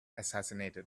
assassinated